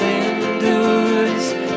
endures